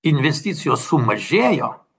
investicijos sumažėjo